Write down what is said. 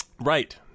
Right